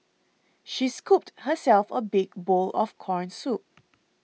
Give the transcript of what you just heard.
she scooped herself a big bowl of Corn Soup